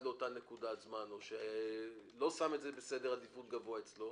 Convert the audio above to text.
לאותה נקודת זמן או שלא שם את זה בסדר עדיפות גבוה אצלו